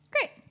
Great